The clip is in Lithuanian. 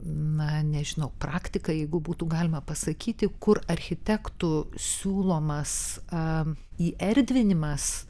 na nežinau praktika jeigu būtų galima pasakyti kur architektų siūlomas a įerdvinimas